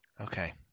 okay